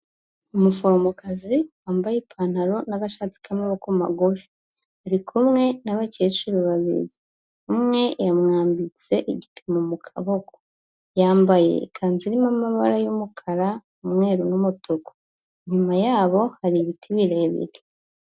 Umuforomokazi wambaye ipantaro n'agashati k'amaboko magufi. Ari kumwe n'abakecuru babiri, umwe yamwambitse igipimo mu kaboko, yambaye ikanzu irimo amabara y'umukara, umweru n'umutuku, inyuma yabo hari ibiti birebire.